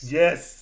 yes